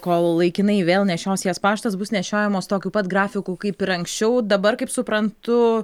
kol laikinai vėl nešios jas paštas bus nešiojamos tokiu pat grafiku kaip ir anksčiau dabar kaip suprantu